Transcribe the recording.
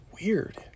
weird